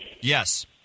Yes